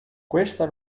questa